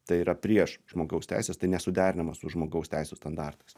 tai yra prieš žmogaus teises tai nesuderinama su žmogaus teisių standartais